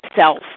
self